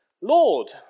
Lord